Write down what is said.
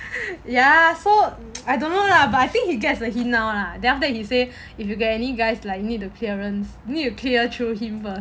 ya so I don't know lah but I think he gets the hint now lah then after that he say if you get any guys like you need appearance you need to clear through him first